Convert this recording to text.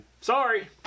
Sorry